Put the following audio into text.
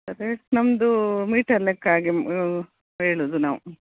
rate ನಮ್ಮದು meter ಲೆಕ್ಕ ಆಗಿ ಹೇಳೋದು ನಾವು